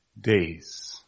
days